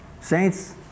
Saints